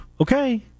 Okay